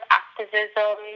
activism